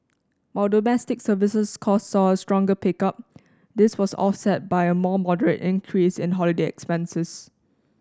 while domestic services cost saw a stronger pickup this was offset by a more moderate increase in holiday expenses